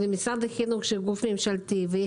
שהוא גוף ממשלתי,